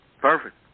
Perfect